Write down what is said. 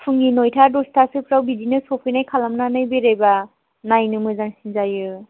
फुंनि नइटा दसथासोफोराव बिदिनो सफैनाय खालामनानै बेरायबा नायनो मोजांसिन जायो